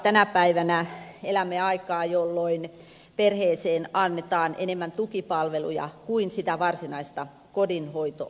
tänä päivänä elämme aikaa jolloin perheeseen annetaan enemmän tukipalveluja kuin sitä varsinaista kodinhoitoapua